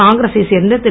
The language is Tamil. காங்கிரசை சேர்ந்த திரு